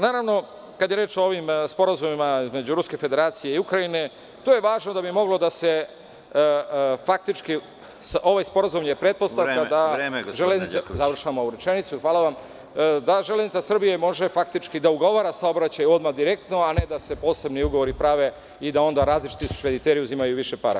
Naravno, kada je reč o ovim sporazumima između Ruske federacije i Ukrajine, to je važno da bi moglo da se faktički, ovaj sporazum je pretpostavka da „Železnice Srbije“ može faktički da ugovara saobraćaj odmah direktno, a ne da se posebni ugovori prave i da onda različiti špediteri uzimaju više para.